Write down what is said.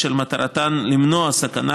אשר מטרתן למנוע סכנה,